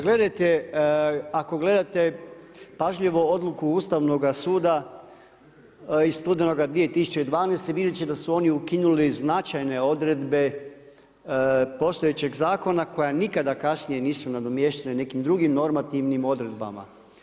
Gledajte ako gledate pažljivo odluku Ustavnoga suda iz studenoga 2012. vidjet će da su oni ukinuli značajne odredbe postojećeg zakona koja nikada kasnije nisu nadomještena nekim drugim normativnim odredbama.